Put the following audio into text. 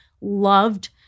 loved